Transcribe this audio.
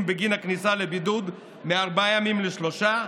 בגין הכניסה לבידוד מארבעה ימים לשלושה.